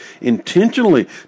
intentionally